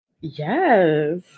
Yes